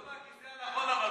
זה לא מהכיסא הנכון,